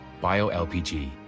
Bio-LPG